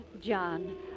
John